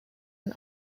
and